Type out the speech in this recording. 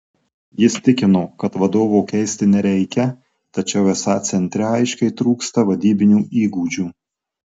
jis tikino kad vadovo keisti nereikia tačiau esą centre aiškiai trūksta vadybinių įgūdžių